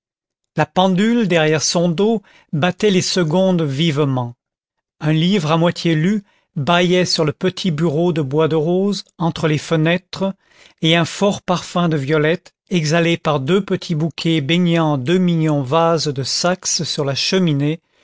la pendule derrière son dos battait les secondes vivement un livre à moitié lu bâillait sur le petit bureau de bois de rose entre les fenêtres et un fort parfum de violette exhalé par deux petits bouquets baignant en deux mignons vases de saxe sur la cheminée